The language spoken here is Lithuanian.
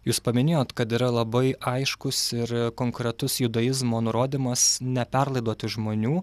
jūs paminėjot kad yra labai aiškus ir konkretus judaizmo nurodymas neperlaidoti žmonių